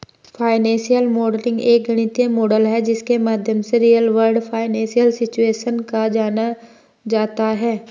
financial modelling एक गणितीय model है जिसके माध्यम से रियल वर्ल्ड फाइनेंशियल सिचुएशन को जाना जाता है